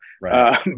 Right